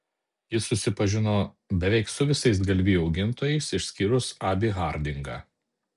ji susipažino beveik su visais galvijų augintojais išskyrus abį hardingą